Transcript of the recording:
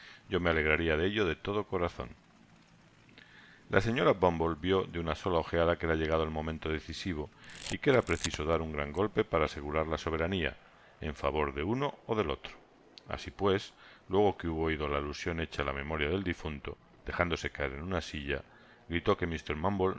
yo me alegraria de ello de toflo corazon la señora bumble vio de una sola ojeada que era llegado el momento decisivo y que era preciso dar un gran golpe para asegurar la soberania en favor del uno ó del otro asi pues luego que hubo oido la alusion hecha á la memoria del difunto dejándose caer en una silla gritó que